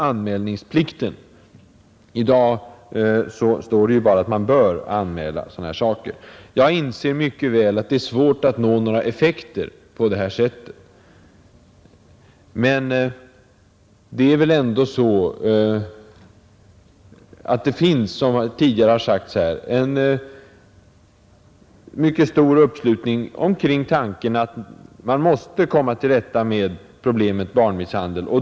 I dag är det ju bara föreskrivet att man bör anmäla de fall man får kännedom om. Jag inser mycket väl att det är svårt att nå några effekter på det här sättet, men det finns ändå, som tidigare sagts här, en mycket stor uppslutning kring tanken att vi måste komma till rätta med problemet barnmisshandel.